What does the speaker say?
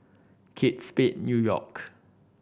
Kate Spade New York